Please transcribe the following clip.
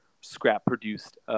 scrap-produced